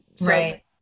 right